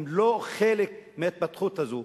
הם לא חלק מההתפתחות הזאת,